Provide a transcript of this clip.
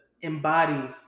embody